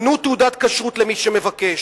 תנו תעודת כשרות למי שמבקש,